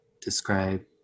describe